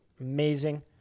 Amazing